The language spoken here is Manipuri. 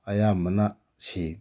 ꯑꯌꯥꯝꯕꯅ ꯁꯤ